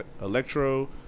Electro